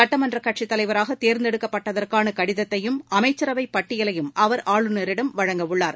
சுட்டமன்றக் கட்சித் தலைவராக தேர்ந்தெடுக்கப்பட்டதற்கான கடிதத்தையும் அமைச்சரவை பட்டியலையும் அவர் ஆளுநரிடம் வழங்க உள்ளார்